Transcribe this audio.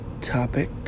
topic